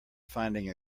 finding